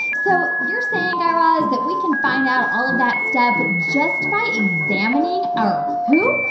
so you're saying, guy raz, that we can find out all of that stuff just by examining our poop?